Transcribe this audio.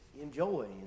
enjoy